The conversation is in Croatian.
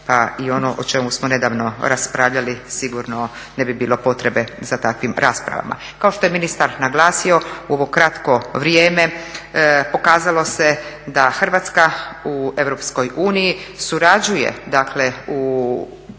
Pa i ono o čemu smo nedavno raspravljali sigurno ne bi bilo potrebe za takvim raspravama. Kao što je ministar naglasio u ovo kratko vrijeme pokazalo se da Hrvatska u Europskoj